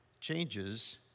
changes